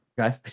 Okay